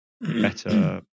better